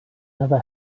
never